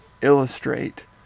illustrate